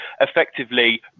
effectively